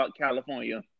California